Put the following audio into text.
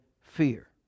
fear